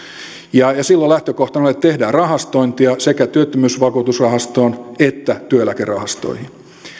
ja silloin lähtökohtana on että tehdään rahastointia sekä työttömyysvakuutusrahastoon että työeläkerahastoihin